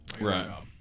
Right